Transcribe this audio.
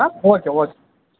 ಹಾಂ okay okay